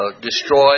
destroyed